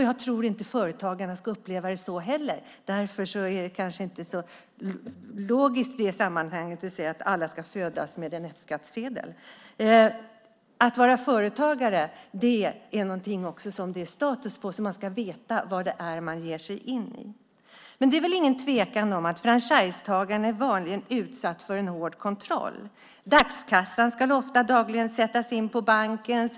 Jag tror inte att företagarna upplever det så heller. Därför är det inte så logiskt i sammanhanget att säga att alla ska få en F-skattsedel när de föds. Det ska vara en viss status för företagare, och man ska veta vad man ger sig in i. Det råder inget tvivel om att franchisetagare vanligen är utsatta för hård kontroll. Dagskassan ska ofta dagligen sättas in på banken.